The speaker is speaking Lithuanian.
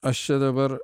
aš čia dabar